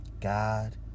God